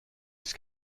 its